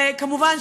כמובן,